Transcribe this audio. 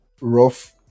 rough